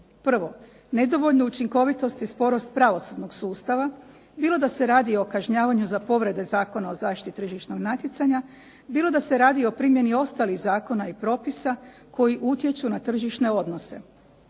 Prvo, nedovoljnu učinkovitost i sporost pravosudnog sustava, bilo da se radi o kažnjavanju Zakona o zaštiti tržišnog natjecanja, bilo da se radi o primjeni ostalih zakona i propisa koji utječu na tržišne odnose,